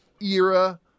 era